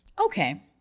okay